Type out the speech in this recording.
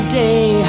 day